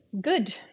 Good